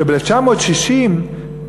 שב-1960,